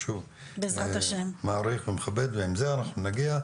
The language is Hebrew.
שוב, אני מאוד מעריך ומכבד ועם זה אנחנו נגיע.